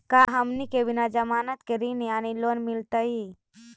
का हमनी के बिना जमानत के ऋण यानी लोन मिलतई?